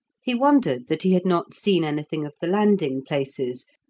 he wondered that he had not seen anything of the landing-places,